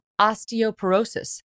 osteoporosis